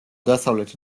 დასავლეთ